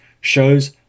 shows